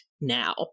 now